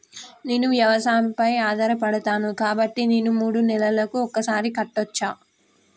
నేను వ్యవసాయం పై ఆధారపడతాను కాబట్టి నేను మూడు నెలలకు ఒక్కసారి కట్టచ్చా?